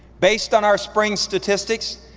based on our spring statistics,